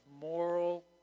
moral